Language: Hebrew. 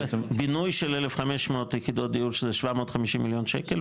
בינוי של 1,500 יחידות של 750 מיליון שקל,